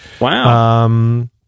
Wow